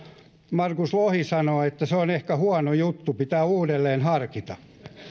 markus lohi sanoo että se on ehkä huono juttu pitää uudelleen harkita